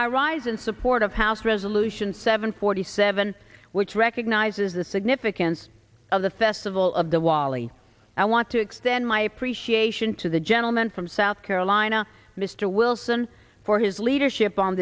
i rise in support of house resolution seven forty seven which recognizes the significance of the festival of the wali i want to extend my appreciation to the gentleman from south carolina mr wilson for his leadership on